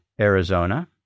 Arizona